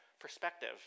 perspective